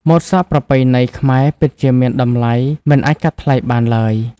ម៉ូតសក់ប្រពៃណីខ្មែរពិតជាមានតម្លៃមិនអាចកាត់ថ្លៃបានឡើយ។